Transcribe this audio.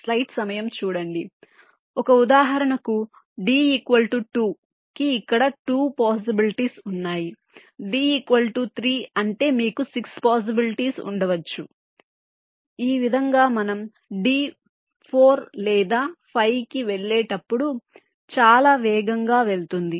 కాబట్టి ఒక ఉదాహరణకు d ఈక్వల్ టు 2 కి ఇక్కడ 2 పోసిబిలిటీస్ వున్నాయ్ d ఈక్వల్ టు 3 అంటే మీకు 6 పోసిబిలిటీస్ ఉండవచ్చు ఈ విధంగా మనం d 4 లేదా 5 కి వెళ్ళేటప్పుడు చాలా వేగంగా వెళ్తుంది